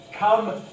Come